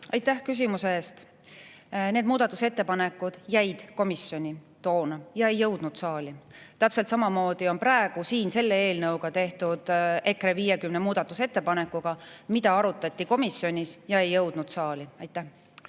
Aitäh küsimuse eest! Need muudatusettepanekud jäid toona komisjoni ja ei jõudnud saali. Täpselt samamoodi on praegu siin selle eelnõu puhul tehtud EKRE 50 muudatusettepanekuga, mida arutati komisjonis ja mis ei jõudnud saali. Aitäh